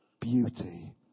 beauty